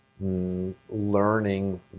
learning